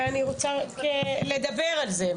ואני רוצה לדבר על זה,